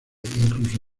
incluso